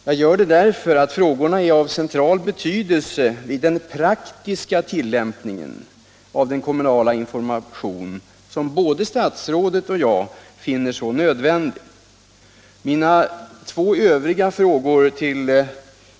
Jag gör det därför att frågorna är av central betydelse vid den praktiska tillämpningen av den kommunala information som både statsrådet och jag finner så nödvändig.